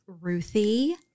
Ruthie